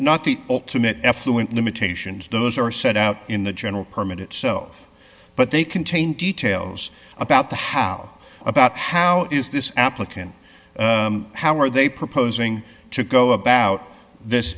not the ultimate effluent limitations those are set out in the general permit it so but they contain details about the how about how is this applicant how are they proposing to go about this